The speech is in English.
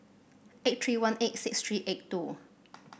eight three one eight six three eight two